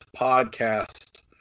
podcast